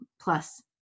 plus